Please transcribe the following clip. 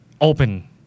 open